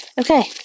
Okay